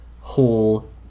whole